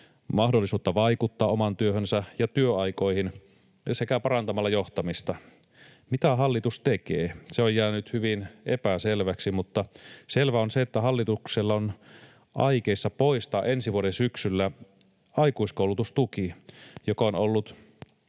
mahdollisuutta vaikuttaa omaan työhönsä ja työaikoihin sekä parantamalla johtamista. Mitä hallitus tekee? Se on jäänyt hyvin epäselväksi, mutta selvää on se, että hallitus on aikeissa poistaa ensi vuoden syksyllä aikuiskoulutustuki, joka on ollut